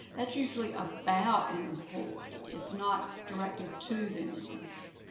that's usually about an employee, it's not directed to the employee.